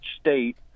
state